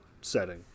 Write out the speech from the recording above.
setting